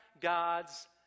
God's